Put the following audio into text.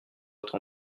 votre